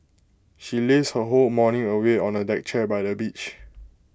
she lazed her whole morning away on A deck chair by the beach